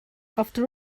after